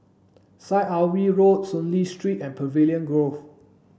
Syed Alwi Road Soon Lee Street and Pavilion Grove